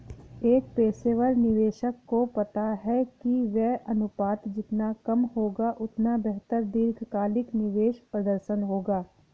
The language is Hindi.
एक पेशेवर निवेशक को पता है कि व्यय अनुपात जितना कम होगा, उतना बेहतर दीर्घकालिक निवेश प्रदर्शन होगा